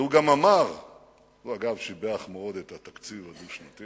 הוא אגב שיבח מאוד את התקציב הדו-שנתי,